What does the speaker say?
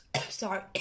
Sorry